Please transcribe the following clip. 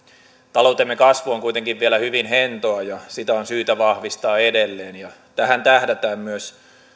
taloutemme kasvu on kuitenkin vielä hyvin hentoa ja sitä on syytä vahvistaa edelleen tähän tähdätään myös